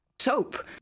soap